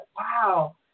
wow